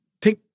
take